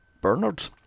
Bernard